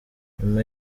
nyuma